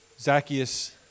Zacchaeus